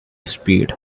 speed